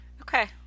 Okay